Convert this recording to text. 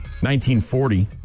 1940